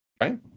right